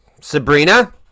Sabrina